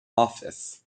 office